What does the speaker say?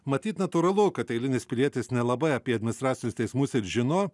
matyt natūralu kad eilinis pilietis nelabai apie administracinius teismus ir žino